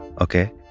okay